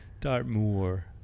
Dartmoor